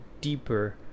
deeper